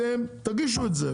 אתם תגישו אצלי,